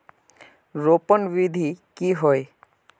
रोपण विधि की होय?